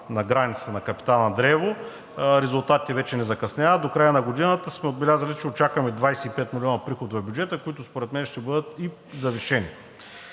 на границата на Капитан Андреево, резултатите вече не закъсняват. До края на годината сме отбелязали, че очакваме 25 милиона приход в бюджета, които според мен ще бъдат и завишени.